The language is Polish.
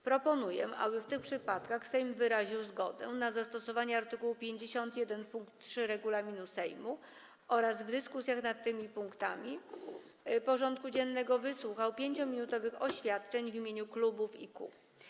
Proponuję, aby w tych przypadkach Sejm wyraził zgodę na zastosowanie art. 51 pkt 3 regulaminu Sejmu oraz w dyskusjach nad tymi punktami porządku dziennego wysłuchał 5-minutowych oświadczeń w imieniu klubów i kół.